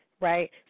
right